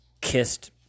kissed